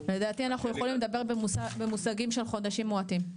לדעתי אנחנו יכולים לדבר במושגים של חודשים מועטים.